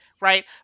Right